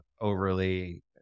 overly